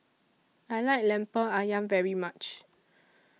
I like Lemper Ayam very much